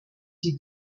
die